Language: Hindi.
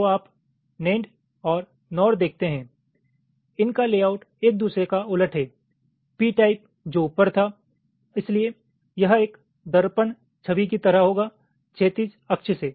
तो आप नेंड और नोर देखते हैं इनका लेआउट एक दूसरे का उलट हैं p टाइप जो ऊपर था इसलिए यह एक दर्पण छवि की तरह होगा क्षैतिज अक्ष से